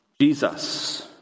Jesus